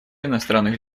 иностранных